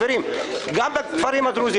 גם בכפרים הדרוזים.